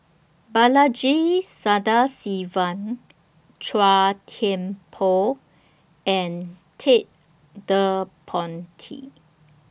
Balaji Sadasivan Chua Thian Poh and Ted De Ponti